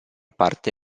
parte